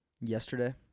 Yesterday